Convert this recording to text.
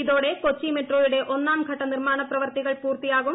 ഇതോടെ കൊച്ചി മെട്രോയുടെ ഒന്നാംഘട്ട നിർമ്മാണ പ്രവർത്തികൾ പൂർത്തിയാകും